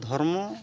ᱫᱷᱚᱨᱢᱚ